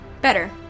Better